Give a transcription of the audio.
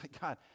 God